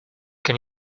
can